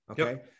Okay